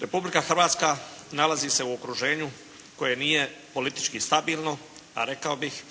Republika Hrvatska nalazi se u okruženju koje nije politički stabilno a rekao bih